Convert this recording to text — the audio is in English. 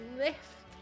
lift